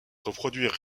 reproduire